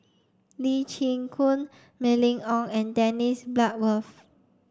Lee Chin Koon Mylene Ong and Dennis Bloodworth